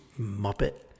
Muppet